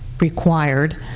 required